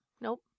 Nope